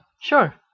Sure